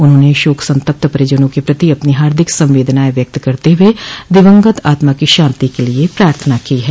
उन्होंने शोक संतप्त परिजनों के प्रति अपनी हार्दिक संवेदनायें व्यक्त करते हुए दिवंगत आत्मा की शांति के लिये प्रार्थना की है